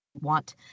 want